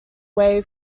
way